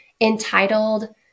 entitled